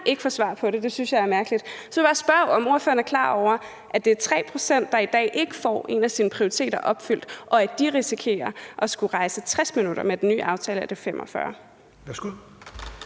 ikke få svar på det – det synes jeg er mærkeligt. Så vil jeg også spørge, om ordføreren er klar over, at det er 3 pct., der i dag ikke får opfyldt en af deres prioriteter, og at de risikerer at skulle rejse 60 minutter; med den ny aftale er det 45